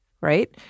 right